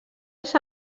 als